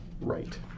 right